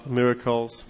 miracles